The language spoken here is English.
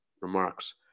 remarks